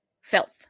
Filth